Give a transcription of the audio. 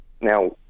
Now